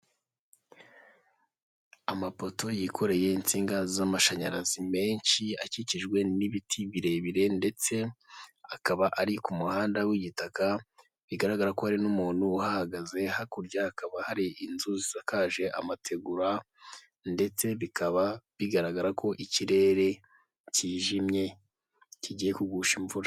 Amapoto yikoreye insinga z'amashanyarazi menshi akikijwe n'ibiti birebire, ndetse akaba ari ku muhanda w'igitaka, bigaragara ko hari n'umuntu uhagaze, hakurya hakaba hari inzu zisakaje amategura ndetse bikaba bigaragara ko ikirere kijimye kigiye kugusha imvura